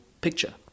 picture